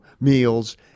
meals